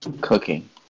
cooking